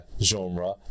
genre